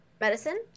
Medicine